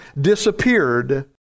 disappeared